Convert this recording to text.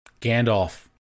Gandalf